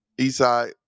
Eastside